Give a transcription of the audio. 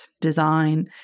design